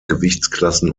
gewichtsklassen